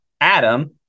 Adam